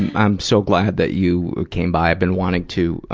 i'm so glad that you came by. i've been wanting to, ah,